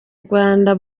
rwanda